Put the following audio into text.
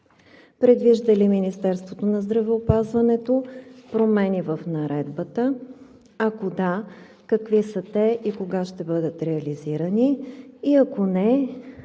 предвижда ли Министерството на здравеопазването промени в Наредбата, ако да – какви са те и кога ще бъдат реализирани, и ако не